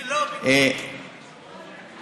זה לא בניגוד לתקנון.